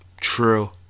True